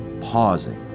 pausing